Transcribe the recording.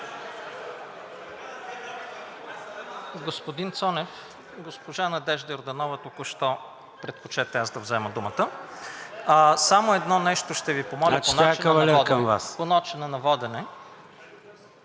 Господин Цонев, госпожа Надежда Йорданова току-що предпочете аз да взема думата. Само едно нещо ще Ви помоля… ПРЕДСЕДАТЕЛ